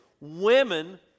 women